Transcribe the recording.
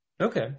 Okay